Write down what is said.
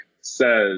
says